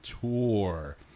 tour